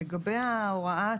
לגבי ההוראה עצמה,